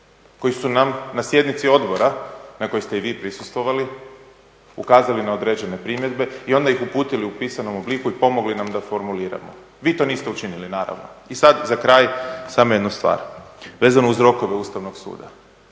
koji su nam na sjednici odbora na kojoj ste i vi prisustvovali ukazali na određene primjedbe i onda ih uputili u pisanom obliku i pomogli nam da formuliramo. Vi to niste učinili, naravno. I sad za kraj samo jednu stvar, vezano uz rokove Ustavnog suda.